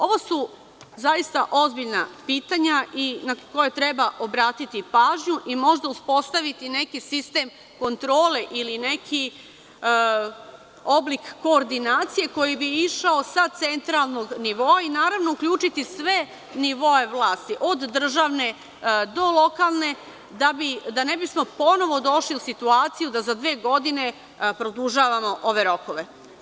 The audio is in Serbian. Ovo su zaista ozbiljna pitanja na koja treba obratiti pažnju i možda uspostaviti neki sistem kontrole ili neki oblik koordinacije koji bi išao sa centralnog nivoa i naravno uključiti sve nivoe vlasti, od državne do lokalne, da ne bismo ponovo došli u situaciju da za dve godine produžavamo ove rokove.